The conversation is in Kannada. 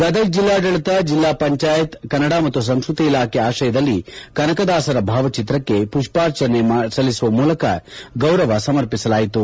ಗದಗ ಜಿಲ್ಲಾಡಳಿತ ಜಿಲ್ಲಾ ಪಂಚಾಯತ್ ಕನ್ನಡ ಮತ್ತು ಸಂಸ್ಕೃತಿ ಇಲಾಖೆ ಆಶ್ರಯದಲ್ಲಿ ಕನಕದಾಸರ ಭಾವಚಿತ್ರಕ್ಕೆ ಪುಷ್ಪಾರ್ಪಣೆ ಮೂಲಕ ಗೌರವ ಸಮರ್ಪಿಸಲಾಯಿತು